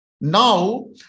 Now